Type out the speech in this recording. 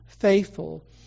faithful